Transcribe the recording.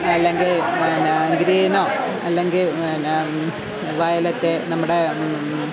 അല്ലെങ്കിൽ ന ഗ്രീനോ അല്ലെങ്കിൽ പിന്നെ വയലറ്റ് നമ്മുടെ